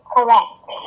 Correct